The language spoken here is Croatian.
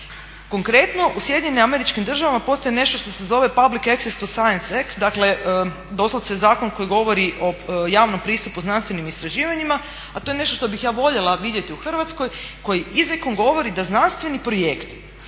Konkretno u SAD-u postoji nešto što se zove Public access to science ex dakle doslovce zakon koji govorio o javnom pristupu znanstvenim istraživanjima a to je nešto što bih ja voljela vidjeti u Hrvatskoj koji izrijekom govori da znanstveni projekti